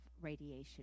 radiation